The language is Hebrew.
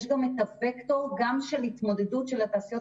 יש גם את הווקטור של התמודדות התעשיות